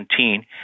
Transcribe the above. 2017